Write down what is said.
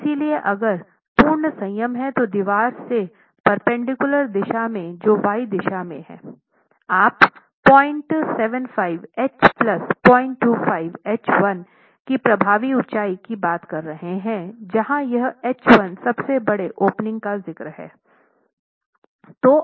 इसलिए अगर पूर्ण संयम है तो दीवार से परपेंडिकुलर दिशा में जो y y दिशा में है आप 075 एच प्लस 025 एच 1 की प्रभावी ऊंचाई की बात कर रहे हैं जहां यह एच 1 सबसे बड़े ओपनिंग का जिक्र है